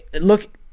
Look